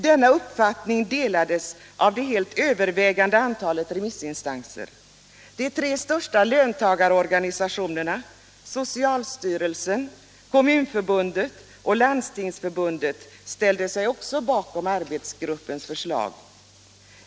Denna uppfattning delades av det helt övervägande antalet remissinstanser. De största löntagarorganisationerna, socialstyrelsen, Kommunförbundet och Landstingsförbundet ställde sig också bakom arbetsgruppens förslag.